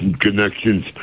connections